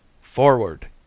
Forward